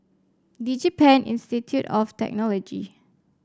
DigiPen Institute of Technology